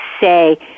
say